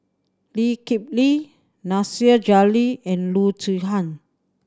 Lee Kip Lee Nasir Jalil and Loo Zihan